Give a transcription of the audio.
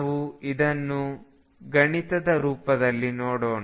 ನಾವು ಇದನ್ನು ಗಣಿತದ ರೂಪದಲ್ಲಿ ನೋಡೋಣ